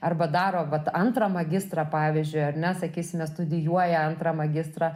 arba daro vat antrą magistrą pavyzdžiui ar ne sakysime studijuoja antrą magistrą